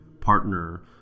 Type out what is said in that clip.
partner